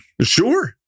Sure